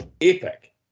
epic